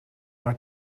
maar